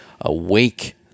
awake